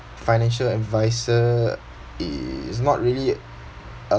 financial advisor is not really a